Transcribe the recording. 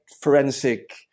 forensic